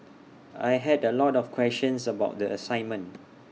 I had A lot of questions about the assignment